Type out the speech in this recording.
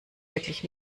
wirklich